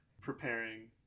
preparing